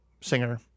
singer